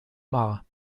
maar